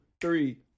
three